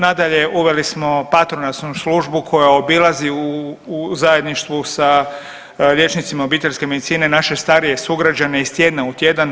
Nadalje, uveli smo patronažnu službu koja obilazi u zajedništvu sa liječnicima obiteljske medicine naše starije sugrađane iz tjedna u tjedan.